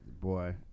boy